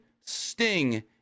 Sting